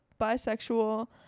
bisexual